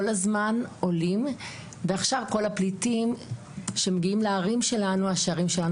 הזמן עולים ועכשיו שערינו פתוחים בפני כל הפליטים שמגיעים לערים שלנו.